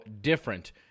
different